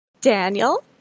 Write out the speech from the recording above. Daniel